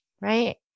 Right